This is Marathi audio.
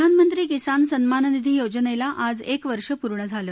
प्रधानमंत्री किसान सन्माननिधी योजनेला आज एक वर्ष पूर्ण झालं